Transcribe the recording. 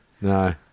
No